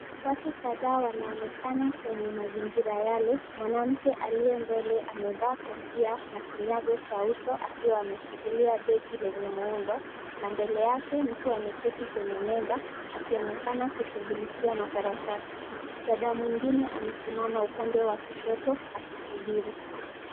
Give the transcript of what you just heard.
Watu kadhaa wanaonekana kwenye mazingira yale, mwanamke aliye mbele amevaa kofia na kinyago cha uso akiwa amevalia begi lenye muundo na mbele yake mtu ameketi kwenye meza akionekana kushugulikia makaratasi. Dada mwingine amesimama upande wa kushoto akisubiri.